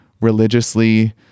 religiously